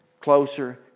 Closer